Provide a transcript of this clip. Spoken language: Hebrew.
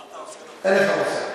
מה אתה עושה, אין לך מושג.